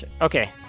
okay